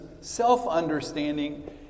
self-understanding